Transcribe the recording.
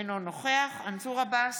אינו נוכח מנסור עבאס,